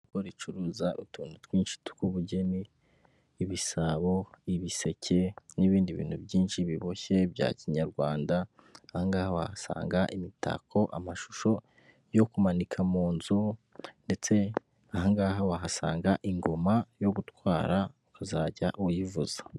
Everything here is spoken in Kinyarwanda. Ricuruza utuntu twinshi tw'ubugeni ibisabo, ibiseke n'ibindi bintu byinshi biboshye bya kinyarwanda, angahe wahasanga imitako amashusho yo kumanika mu nzu, ndetse ahangaha wahasanga ingoma yo gutwara ukazajya uwivuza.